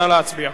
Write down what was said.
נא להצביע.